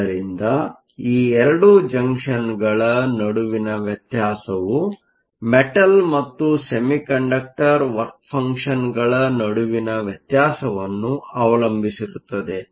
ಆದ್ದರಿಂದ ಈ 2 ಜಂಕ್ಷನ್ಗಳ ನಡುವಿನ ವ್ಯತ್ಯಾಸವು ಮೆಟಲ್ ಮತ್ತು ಸೆಮಿಕಂಡಕ್ಟರ್Semiconductor ವರ್ಕ ಫಂಕ್ಷನ್ಗಳ ನಡುವಿನ ವ್ಯತ್ಯಾಸವನ್ನು ಅವಲಂಬಿಸಿರುತ್ತದೆ